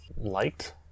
liked